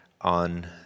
on